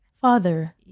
father